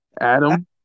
Adam